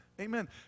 Amen